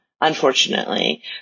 unfortunately